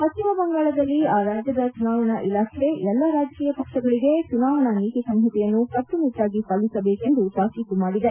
ಪಶ್ಚಿಮ ಬಂಗಾಳದಲ್ಲಿ ಆ ರಾಜ್ಯದ ಚುನಾವಣಾ ಇಲಾಖೆ ಎಲ್ಲ ರಾಜಕೀಯ ಪಕ್ಷಗಳಿಗೆ ಚುನಾವಣಾ ನೀತಿ ಸಂಹಿತೆಯನ್ನು ಕಟ್ಪುನಿಟ್ಟಾಗಿ ಪಾಲಿಸಬೇಕೆಂದು ತಾಕೀತು ಮಾಡಿದೆ